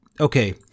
okay